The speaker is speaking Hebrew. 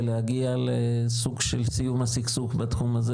ולהגיד לסוג של סיום הסכסוך בתחום הזה